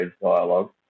dialogue